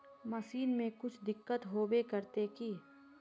Machine में कुछ दिक्कत होबे करते है?